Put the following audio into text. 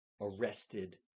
arrested